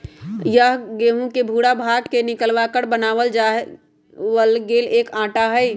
यह गेहूं के भूरा भाग के निकालकर बनावल गैल एक आटा हई